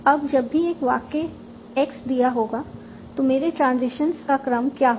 अब जब भी एक वाक्य एक्स दिया होगा तो मेरे ट्रांजिशंस का क्रम क्या होगा